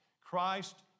Christ